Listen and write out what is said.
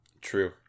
True